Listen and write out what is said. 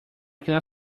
cannot